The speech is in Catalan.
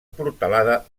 portalada